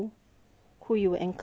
especially when